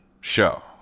show